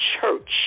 church